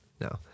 No